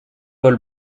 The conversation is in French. paul